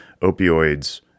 opioids